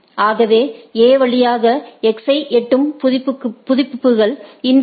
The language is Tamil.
ஆகவே A வழியாக X ஐ எட்டும் புதுப்பிப்புகள் இன்ஃபினிடி